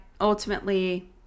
ultimately